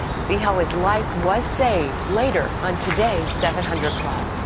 see how his life was saved, later on today's seven hundred club.